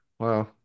wow